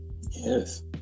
yes